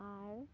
ᱟᱨ